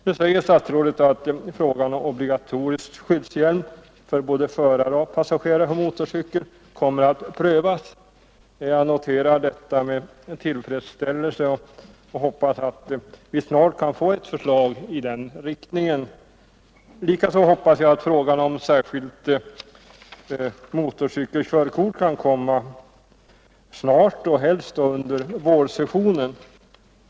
Nu säger statsrådet att frågan om obligatorisk skyddshjälm för både förare och passagerare på motorcykel kommer att prövas. Jag noterar detta med tillfredsställelse och hoppas att vi snart kan få ett förslag om det. Likaså hoppas jag att frågan om särskilt motorcykelkörkort kan tas upp snart, helst under vårsessionen.